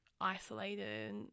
Isolated